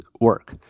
work